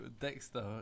Dexter